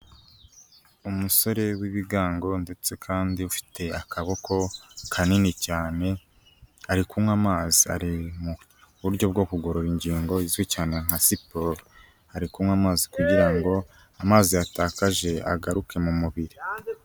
Umusore w'ibigango ndetse kandi ufite akaboko kanini cyane, ari kunywa amazi ari mu buryo bwo kugorora ingingo izwi cyane nka siporo, ari kunywa amazi kugira ngo amazi yatakaje agaruke mu mubiri.